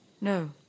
No